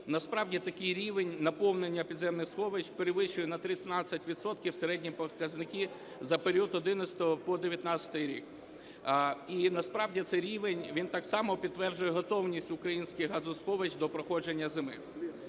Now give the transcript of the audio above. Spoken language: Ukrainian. насправді такий рівень наповнення підземних сховищ перевищує на 13 відсотків середні показники за період з 2011 по 2019 рік. І насправді цей рівень, він так само підтверджує готовність українських газосховищ до проходження зими.